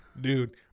Dude